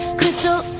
crystal